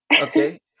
Okay